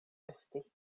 esti